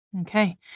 Okay